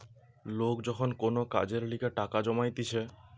লোক যখন কোন কাজের লিগে টাকা জমাইতিছে